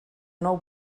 nou